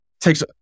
takes